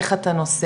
איך אתה נוסע?